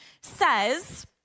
says